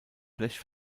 blech